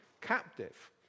captive